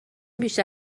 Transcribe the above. بیشتر